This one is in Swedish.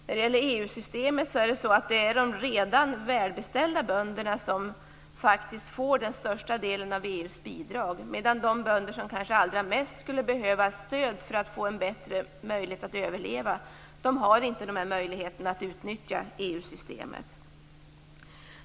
När det gäller EU systemet är det de redan välbeställda bönderna som får den största delen av EU:s bidrag, medan de bönder som kanske allra mest skulle behöva stöd för att få bättre möjligheter att överleva inte har samma möjligheter att utnyttja EU-systemet.